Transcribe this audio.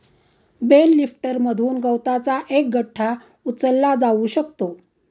bell लिफ्टरमधून गवताचा एक गठ्ठा उचलला जाऊ शकतो